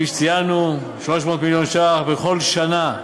כפי שציינו, 300 מיליון ש"ח בכל שנה,